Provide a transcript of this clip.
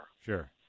Sure